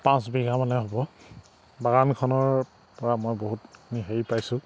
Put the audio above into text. পাঁচ বিঘা মানে হ'ব বাগানখনৰ পৰা মই বহুতখিনি হেৰি পাইছোঁ